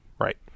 Right